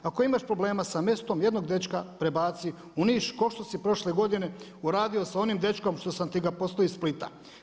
Ako imaš problema sa mestom, jednog dečka prebaci u Niš kao što si prošle godine uradio sa onim dečkom što sam ti ga poslao iz Splita.